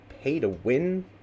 pay-to-win